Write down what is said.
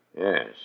Yes